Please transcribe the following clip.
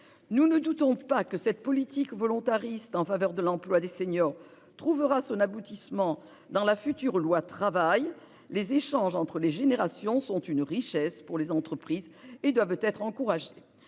Nous ne doutons pas que cette politique volontariste en faveur de l'emploi des seniors trouvera son aboutissement dans la future loi Travail. Les échanges entre les générations sont une richesse pour les entreprises et doivent être encouragés.